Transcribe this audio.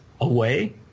away